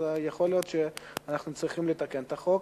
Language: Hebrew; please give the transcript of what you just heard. אז יכול להיות שאנחנו צריכים לתקן את החוק,